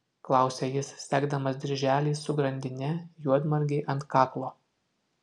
klausia jis segdamas dirželį su grandine juodmargei ant kaklo